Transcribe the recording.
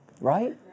right